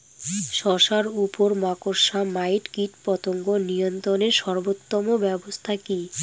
শশার উপর মাকড়সা মাইট কীটপতঙ্গ নিয়ন্ত্রণের সর্বোত্তম ব্যবস্থা কি?